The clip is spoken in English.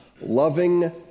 loving